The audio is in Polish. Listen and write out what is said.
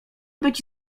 być